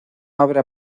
habrá